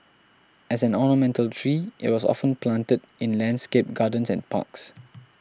as an ornamental tree it was often planted in landscaped gardens and parks